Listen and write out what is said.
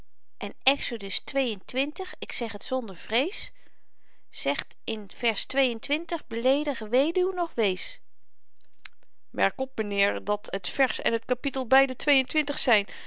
en exodus xxii ik zeg t zonder vrees zegt in beleedigen wed nog wees merk op myn heer dat het vers en t kapittel beide twee-en-twintig zyn